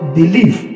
believe